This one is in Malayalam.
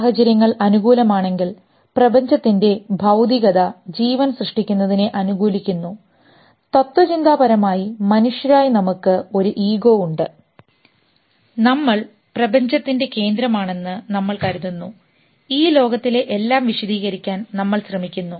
സാഹചര്യങ്ങൾ അനുകൂലമാണെങ്കിൽ പ്രപഞ്ചത്തിൻറെ ഭൌതികത ജീവൻ സൃഷ്ടിക്കുന്നതിനെ അനുകൂലിക്കുന്നു തത്ത്വചിന്താപരമായി മനുഷ്യരായ നമുക്ക് ഒരു ഈഗോ ഉണ്ട് നമ്മൾ പ്രപഞ്ചത്തിൻറെ കേന്ദ്രമാണെന്ന് നമ്മൾ കരുതുന്നു ഈ ലോകത്തിലെ എല്ലാം വിശദീകരിക്കാൻ നമ്മൾ ശ്രമിക്കുന്നു